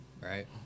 right